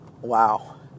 Wow